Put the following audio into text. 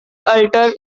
alter